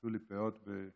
עשו לי פאות במירון,